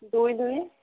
ଦୁଇ ଦୁଇ